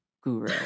guru